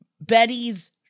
Betty's